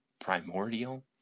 primordial